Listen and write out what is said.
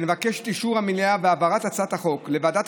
ונבקש את אישור המליאה והעברת הצעת החוק לוועדת